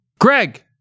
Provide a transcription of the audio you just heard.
Greg